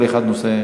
כל נושא,